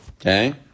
Okay